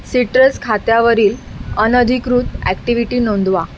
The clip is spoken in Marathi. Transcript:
सिट्रस खात्यावरील अनधिकृत ॲक्टिव्हिटी नोंदवा